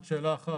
עוד שאלה אחת.